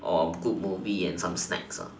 or good movie and some snacks